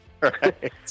Right